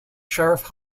sheriff